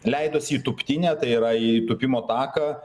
leidosi į tūptinę tai yra į tūpimo taką